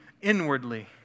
inwardly